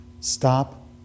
Stop